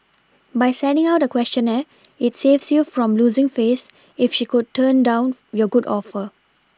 by sending out a questionnaire it saves you from losing face if she should turn down your good offer